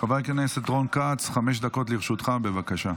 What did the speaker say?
חבר הכנסת רון כץ, חמש דקות לרשותך, בבקשה.